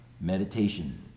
Meditation